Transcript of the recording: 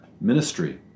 ministry